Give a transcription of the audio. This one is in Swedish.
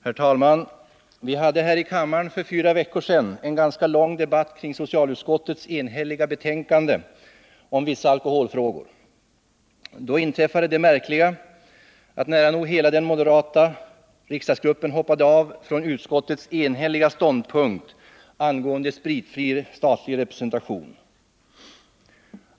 Herr talman! Vi hade här i kammaren för fyra veckor sedan en ganska lång debatt kring socialutskottets enhälliga betänkande om vissa alkoholfrågor. Då inträffade det märkliga att nära nog hela den moderata riksdagsgruppen hoppade av från utskottets enhälliga ståndpunkt angående spritfri statlig representation.